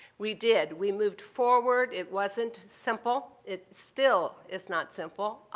we did. we moved forward. it wasn't simple. it still is not simple.